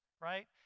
right